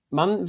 man